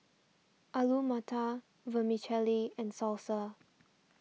Alu Matar Vermicelli and Salsa